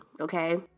okay